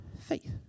faith